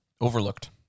overlooked